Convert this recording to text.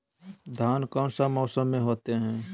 धान कौन सा मौसम में होते है?